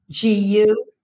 Gu